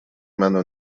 منو